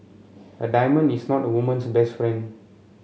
a diamond is not a woman's best friend